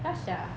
ya sia